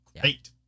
great